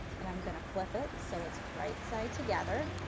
and i am going to flip it. so it's right side together,